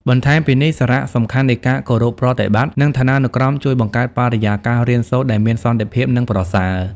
បន្ថែមពីនេះសារសំខាន់នៃការគោរពប្រតិបត្តិ និងឋានានុក្រមជួយបង្កើតបរិយាកាសរៀនសូត្រដែលមានសន្តិភាព និងប្រសើរ។